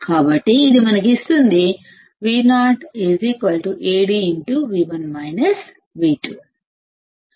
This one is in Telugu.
కాబట్టి ఇది మనకు VoAd